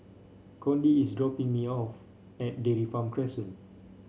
Cody is dropping me off at Dairy Farm Crescent